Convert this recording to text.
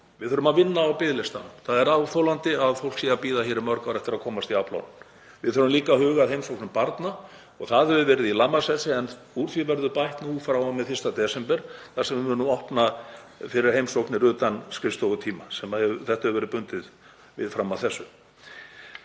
Við þurfum að vinna á biðlistanum. Það er óþolandi að fólk sé að bíða í mörg ár eftir að komast í afplánun. Við þurfum líka að huga að heimsóknum barna. Það hefur verið í lamasessi en úr því verður bætt frá og með 1. desember þar sem við munum opna fyrir heimsóknir utan skrifstofutíma sem þetta hefur verið bundið við fram að þessu.